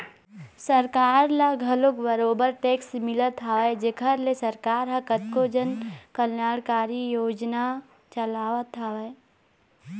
सरकार ल घलोक बरोबर टेक्स मिलत हवय जेखर ले सरकार ह कतको जन कल्यानकारी योजना चलावत हवय